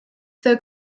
the